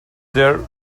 their